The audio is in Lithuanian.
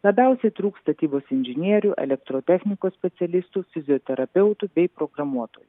labiausiai trūks statybos inžinierių elektrotechnikos specialistų fizioterapeutų bei programuotojų